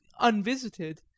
unvisited